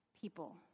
people